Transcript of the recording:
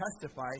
testify